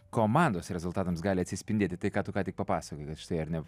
komandos rezultatams gali atsispindėti tai ką tu ką tik papasakojai kad štai ar ne